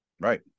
right